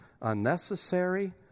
unnecessary